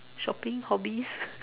shopping hobbies